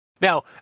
Now